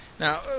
Now